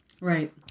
Right